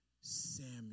Samuel